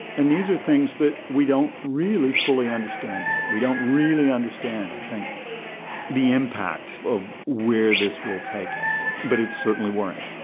and these are things that we don't really fully understand yet, we don't really understand i think the impact of where this will take us. but it's certainly worrying.